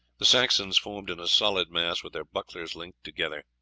the saxons formed in a solid mass with their bucklers linked together.